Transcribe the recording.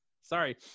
sorry